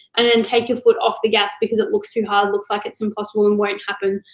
and then take your foot off the gas because it looks to hard, looks like it's impossible and won't happen,